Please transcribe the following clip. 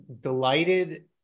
delighted